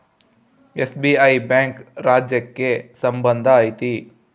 SBI bank ರಾಜ್ಯಕ್ಕೆ ಸಂಬಂಧ ಐತಿ